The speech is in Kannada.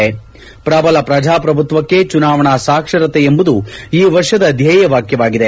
ಪ್ರಬಲ ಪ್ರಜಾಪ್ರಭುತ್ತಕ್ಷೆ ಚುನಾವಣಾ ಸಾಕ್ಷರತೆ ಎಂಬುದು ಈ ವರ್ಷದ ಧ್ಲೇಯವಾಕ್ಸವಾಗಿದೆ